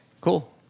cool